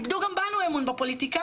איבדו גם בנו אמון בפוליטיקאים.